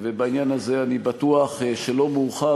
ובעניין הזה אני בטוח שלא מאוחר.